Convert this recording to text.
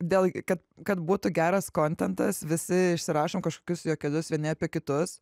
dėl kad kad būtų geras kontentas visi išsirašom kažkokius juokelius vieni apie kitus